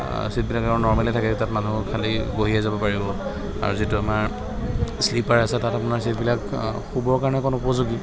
চিটবিলাক আৰু নৰ্মেলে থাকে তাত মানুহ খালী বহিহে যাব পাৰিব আৰু যিটো আমাৰ শ্লিপাৰ আছে তাত আপোনাৰ ছিটবিলাক শুবৰ কাৰণে অকণ উপযোগী